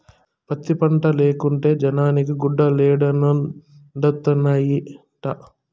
పత్తి పంటే లేకుంటే జనాలకి గుడ్డలేడనొండత్తనాయిట